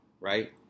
right